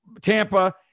Tampa